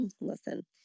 listen